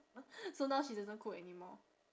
so now she doesn't cook anymore